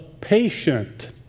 patient